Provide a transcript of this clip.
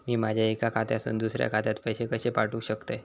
मी माझ्या एक्या खात्यासून दुसऱ्या खात्यात पैसे कशे पाठउक शकतय?